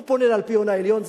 הוא פונה לאלפיון העליון,